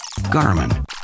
Garmin